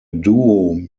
duo